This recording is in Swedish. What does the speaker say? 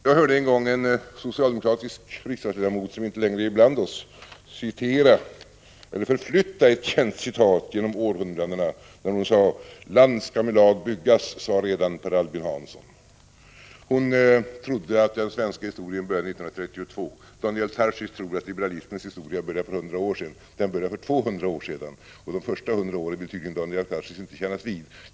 Jag hörde en gång en socialdemokratisk riksdagsledamot, som inte längre är ibland oss, citera, eller förflytta ett känt citat genom århundranden, när hon sade: Land skall med lag byggas, sade redan Per Albin Hansson. Hon trodde att den svenska historien började 1932. Daniel Tarschys tror att liberalismens historia började för 100 år sedan. Den började för 200 år sedan. De första 100 åren vill tydligen Daniel Tarschys inte kännas vid.